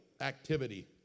activity